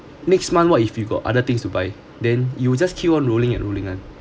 next month what if you got other things to buy then you will just keep on rolling and rolling ah